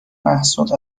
محصول